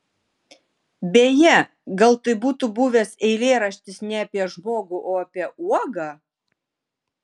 beje gal tai būtų buvęs eilėraštis ne apie žmogų o apie uogą